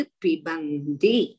pibandi